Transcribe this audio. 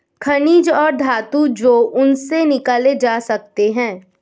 खनिज और धातु जो उनसे निकाले जा सकते हैं